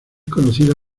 conocida